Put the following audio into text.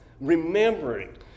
remembering